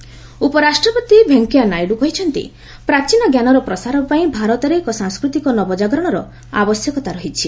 Naidu culture ଉପରାଷ୍ଟ୍ରପତି ଭେଙ୍କୟା ନାଇଡୁ କହିଛନ୍ତି ପ୍ରାଚୀନ ଜ୍ଞାନର ପ୍ରସାର ପାଇଁ ଭାରତରେ ଏକ ସାଂସ୍କୃତିକ ନବଜାଗରଣର ଆବଶ୍ୟକତା ରହିଛି